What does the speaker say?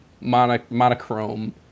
monochrome